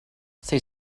say